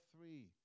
three